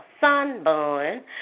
sunburn